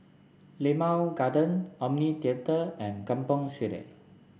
Limau Garden Omni Theatre and Kampong Sireh